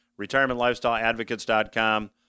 retirementlifestyleadvocates.com